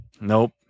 Nope